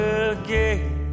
again